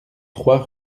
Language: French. trois